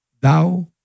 Thou